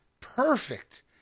perfect